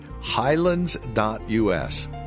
highlands.us